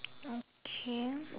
okay